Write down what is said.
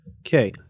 Okay